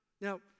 Now